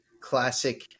classic